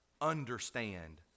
understand